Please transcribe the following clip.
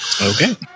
Okay